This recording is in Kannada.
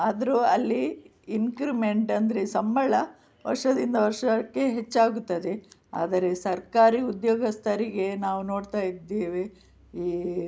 ಆದರೂ ಅಲ್ಲಿ ಇನ್ಕ್ರುಮೆಂಟ್ ಅಂದರೆ ಸಂಬಳ ವರ್ಷದಿಂದ ವರ್ಷಕ್ಕೆ ಹೆಚ್ಚಾಗುತ್ತದೆ ಆದರೆ ಸರ್ಕಾರಿ ಉದ್ಯೋಗಸ್ಥರಿಗೆ ನಾವು ನೋಡ್ತಾ ಇದ್ದೇವೆ ಈ